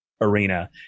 arena